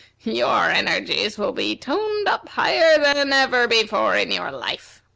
your energies will be toned up higher than ever before in your life.